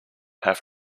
have